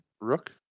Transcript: Rook